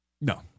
No